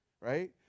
right